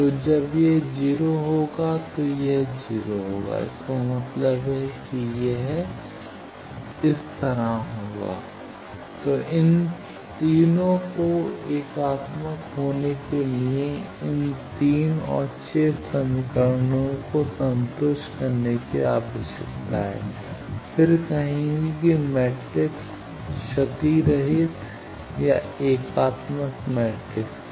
तो जब यह 0 होगा तो यह 0 होगा इसका मतलब है कि तो इन तीनों को एकात्मक होने के लिए और इन तीन और छह समीकरणों को संतुष्ट करने की आवश्यकता है फिर कहेंगे कि मैट्रिक्स क्षतिरहित या एकात्मक मैट्रिक्स है